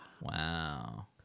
Wow